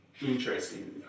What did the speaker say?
interesting